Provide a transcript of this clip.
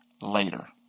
later